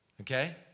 Okay